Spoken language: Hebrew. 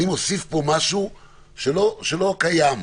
אני מוסיף פה משהו שלא קיים.